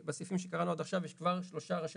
בסעיפים שקראנו עד עכשיו יש כבר שלושה ראשי